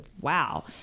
wow